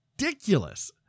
ridiculous